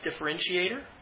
differentiator